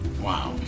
Wow